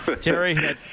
Terry